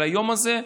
על היום הזה,